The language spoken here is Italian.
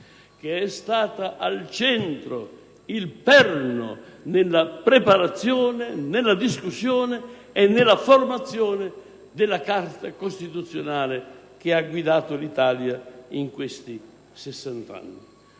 che è stata al centro ed è stata il perno nella preparazione, nella discussione e nella formazione della Carta costituzionale che ha guidato l'Italia in questi sessant'anni.